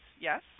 yes